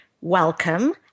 welcome